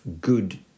good